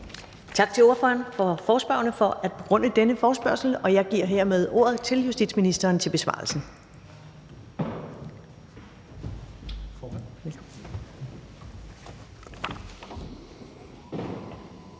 for forespørgerne for at begrunde denne forespørgsel. Jeg giver hermed ordet til justitsministeren til besvarelse.